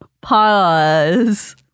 Pause